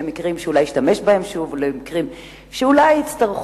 למקרים שאולי ישתמש בהן שוב,